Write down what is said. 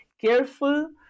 careful